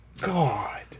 God